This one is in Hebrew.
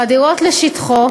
מחדירות לשטחו,